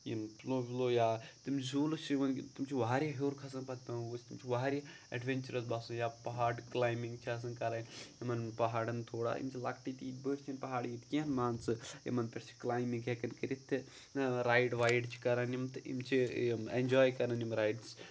یِم فُلو ولو یا تِم زوٗلہٕ چھِ یِوان تِم چھِ واریاہ ہیوٚر کھَسان پَتہٕ پٮ۪وان ؤسۍ تِم چھِ واریاہ ایٚڈوٮ۪نچرَس بَاسان یا پہاڑ کٕلایمبِنٛگ چھِ آسان کَرٕنۍ یِمَن پہاڑَن تھوڑا یِم چھِ لۄکٹی تیٖتۍ بٔڑۍ چھِنہٕ پہاڑ ییٚتہِ کینٛہہ مان ژٕ یِمَن پٮ۪ٹھ چھِ کٕلایمبِنٛگ ہٮ۪کان کٔرِتھ تہٕ رایِڈ وایڈ چھِ کَران یِم تہٕ یِم چھِ یِم اٮ۪نجاے کَران یِم رایڈٕس